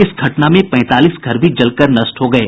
इस घटना में पैंतालीस घर भी जलकर नष्ट हो गये